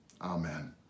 Amen